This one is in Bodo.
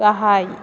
गाहाय